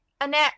annette